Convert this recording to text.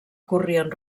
corrien